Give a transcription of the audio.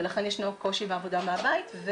ולכן ישנו קושי בעבודה מהבית.